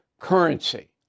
currency